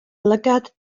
lygad